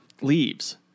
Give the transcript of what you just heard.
leaves